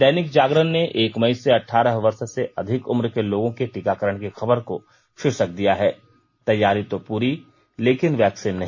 दैनिक जागरण ने एक मई से अठारह वर्ष से अधिक उम्र के लोगों के टीकाकरण की खबर को शीर्षक दिया है तैयारी तो पूरी लेकिन वैक्सीन नहीं